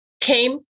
came